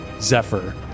Zephyr